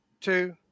two